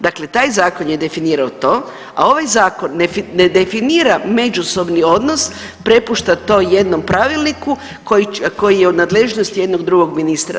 Dakle, taj zakon je definirao to, a ovaj zakon ne definira međusobni odnos, prepušta to jednom pravilniku koji je u nadležnosti jednog drugog ministra.